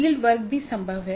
field work भी संभव है